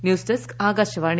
news desk Akashvani